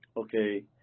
okay